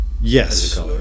Yes